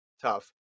tough